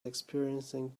experiencing